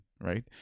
right